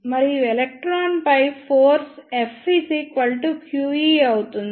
మరియు ఎలక్ట్రాన్పై force F q E అవుతుంది